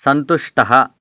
सन्तुष्टः